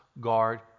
guard